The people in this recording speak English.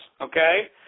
okay